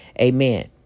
Amen